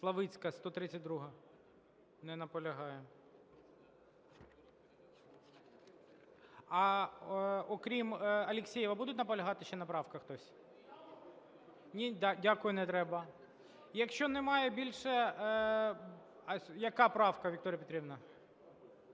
Славицька, 132-а. Не наполягає. А, окрім Алєксєєва, буде наполягати ще на правках хтось? Ні, дякую, не треба. Якщо немає більше... А яка правка, Вікторія Петрівна?